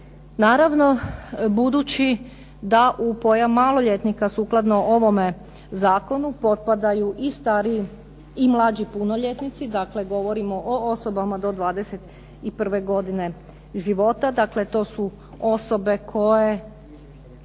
Naravno budući da u pojam maloljetnika, sukladno ovome zakonu, potpadaju i stariji i mlađi punoljetnici, dakle govorimo o osobama do 21. godine života. Dakle to su osobe koje